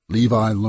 Levi